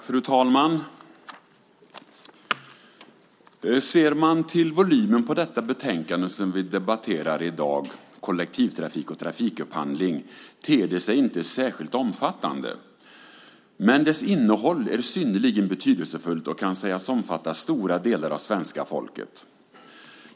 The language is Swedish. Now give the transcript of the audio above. Fru talman! Ser man till volymen på det betänkande vi debatterar i dag, Kollektivtrafik och trafikupphandling , ter det sig inte särskilt omfattande. Men dess innehåll är synnerligen betydelsefullt och kan sägas omfatta stora delar av svenska folket.